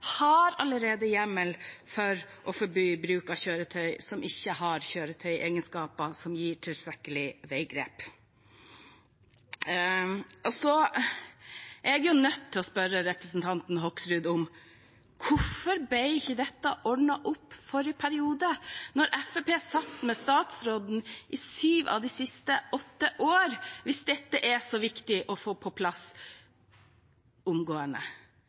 har allerede hjemmel for å forby bruk av kjøretøy som ikke har kjøretøyegenskaper som gir tilstrekkelig veigrep. Og jeg er nødt til å spørre representanten Hoksrud: Hvorfor ble ikke dette ordnet opp i forrige periode, da Fremskrittspartiet satt med statsråden i syv av de siste åtte årene, hvis dette er så viktig å få på plass omgående?